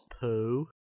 Poo